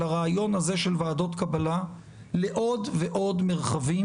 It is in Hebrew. זה לא ועדות קבלה,